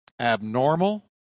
abnormal